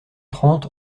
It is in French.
trente